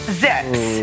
zips